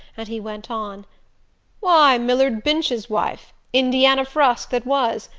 and he went on why, millard binch's wife indiana frusk that was.